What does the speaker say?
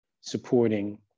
supporting